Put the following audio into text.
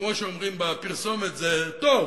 שכמו שאומרים בפרסומת: זה טוב,